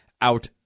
Out